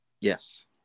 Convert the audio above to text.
Yes